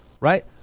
right